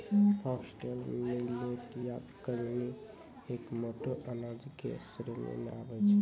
foxtail millet या कंगनी एक मोटो अनाज के श्रेणी मॅ आबै छै